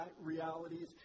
realities